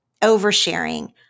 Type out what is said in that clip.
oversharing